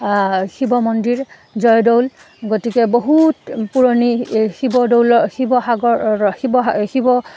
শিৱ মন্দিৰ জয়দৌল গতিকে বহুত পুৰণি শিৱদৌলৰ শিৱসাগৰৰ শিৱ শিৱ